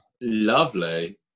Lovely